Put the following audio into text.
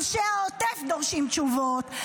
אנשי העוטף דורשים תשובות,